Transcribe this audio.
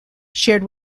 shared